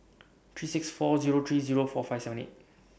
three six four Zero three Zero four five seven eight